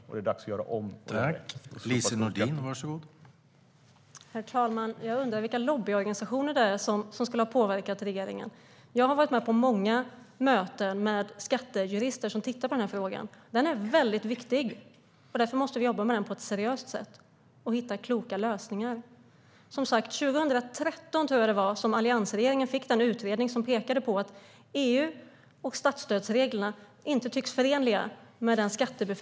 Därför är det dags att göra om och göra rätt.